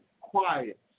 quiet